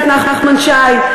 חבר הכנסת נחמן שי,